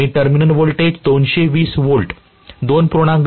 आम्ही terminal voltage 220 V 2